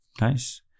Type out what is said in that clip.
Nice